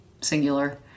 singular